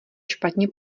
špatně